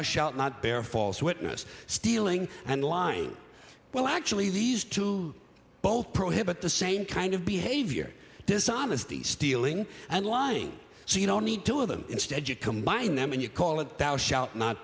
thou shalt not bear false witness stealing and line well actually these two both prohibit the same kind of behavior dishonesty stealing and lying so you don't need two of them instead you combine them and you call it